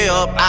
up